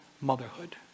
motherhood